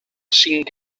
cinc